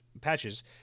patches